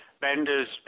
Bender's